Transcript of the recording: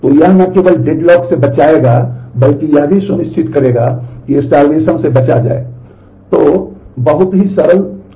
तो यह न केवल डेडलॉक है